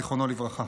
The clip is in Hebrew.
זיכרונו לברכה.